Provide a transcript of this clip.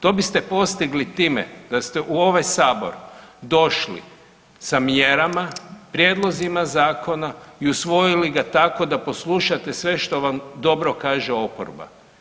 To biste postigli time da ste u ovaj sabor došli sa mjerama, prijedlozima zakona i usvojili ga tako da poslušate sve što vam dobro kaže oporba.